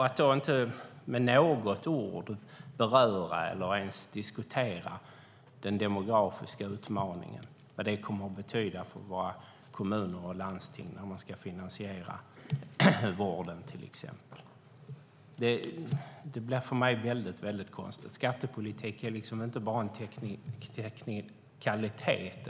Att då inte med något ord beröra eller ens diskutera den demografiska utmaningen, vad det kommer att betyda för våra kommuner och landsting när man ska finansiera vården till exempel, blir för mig väldigt konstigt. Skattepolitik är liksom inte bara en teknikalitet.